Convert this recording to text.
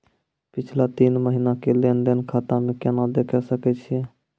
पिछला तीन महिना के लेंन देंन खाता मे केना देखे सकय छियै?